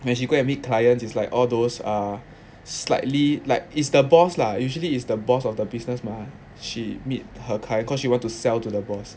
when she go and meet clients is like all those err slightly like is the boss lah usually is the boss of the business mah she meet her client cause she want to sell to the boss